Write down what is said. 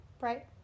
Right